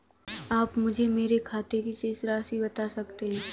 आप मुझे मेरे खाते की शेष राशि बता सकते हैं?